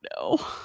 no